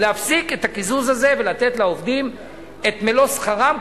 להפסיק את הקיזוז הזה ולתת לעובדים את מלוא שכרם,